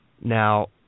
Now